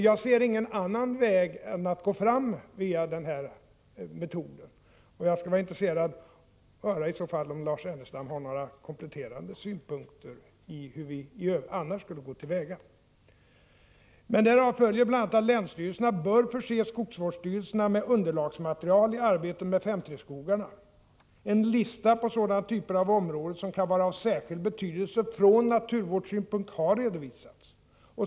Jag ser ingen annan metod att följa i det avseendet. Det vore intressant att höra om Lars Ernestam har några kompletterande synpunkter på hur vi annars skulle gå till väga. Av dessa riktlinjer följer bl.a. att länsstyrelserna bör förse skogsvårdsstyrelserna med underlagsmaterial i arbetet med 5:3-skogarna. En lista på sådana typer av områden som kan vara av särskild betydelse från naturvårdssynpunkt har redovisats.